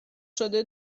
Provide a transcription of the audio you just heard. شده